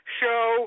show